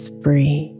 free